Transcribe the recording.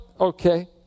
okay